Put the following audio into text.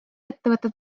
ettevõtted